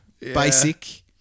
basic